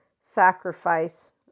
sacrifice